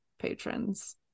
patrons